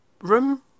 room